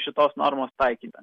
šitos normos taikyme